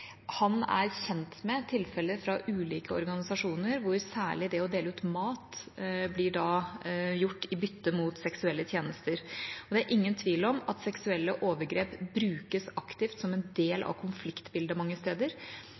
Han er kjent med tilfeller fra ulike organisasjoner hvor særlig det å dele ut mat blir gjort i bytte mot seksuelle tjenester. Det er ingen tvil om at seksuelle overgrep brukes aktivt som en del av konfliktbildet mange steder.